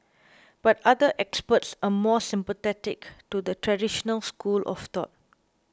but other experts are more sympathetic to the traditional school of thought